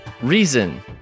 Reason